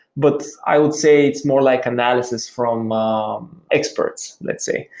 but i would say it's more like analysis from um experts, let's say.